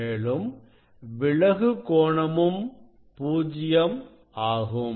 மேலும் விலகு கோணமும் பூஜ்யம் ஆகும்